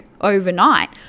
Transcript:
overnight